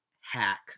hack